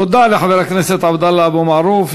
תודה לחבר הכנסת עבדאללה אבו מערוף.